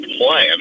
play